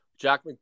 jack